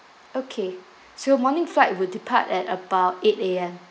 okay so morning flight will depart at about eight A_M